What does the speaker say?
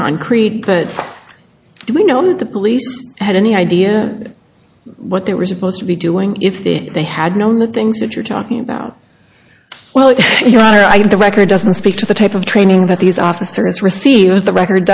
concrete but we know that the police had any idea what they were supposed to be doing if they had known the things that you're talking about well your honor i have the record doesn't speak to the type of training that these officers receive is the record